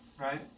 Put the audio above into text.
Right